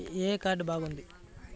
ఏ card బాగుంది?